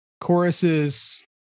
choruses